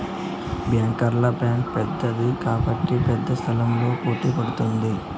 బ్యాంకర్ల బ్యాంక్ పెద్దది కాబట్టి పెద్ద సంస్థలతో పోటీ పడుతుంది